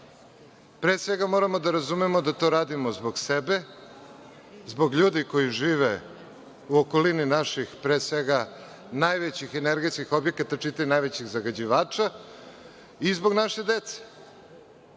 Pre svega, moramo da razumemo da to radimo zbog sebe, zbog ljudi koji žive u okolini naših, pre svega, najvećih energetskih objekata, čitaj najvećih zagađivača, i zbog naše dece. Ne